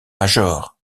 major